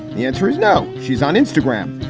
the answer is no. she's on instagram.